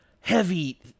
heavy